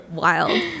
wild